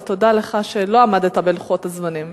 אבל תודה לך שלא עמדת בלוחות הזמנים,